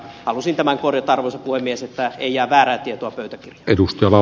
halusin tämän korjata arvoisa puhemies että ei jää väärää tietoa pöytäkirjaan